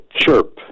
chirp